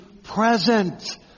Present